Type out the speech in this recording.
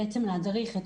להדריך את